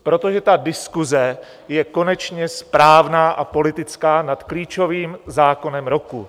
Protože ta diskuse je konečně správná a politická nad klíčovým zákonem roku.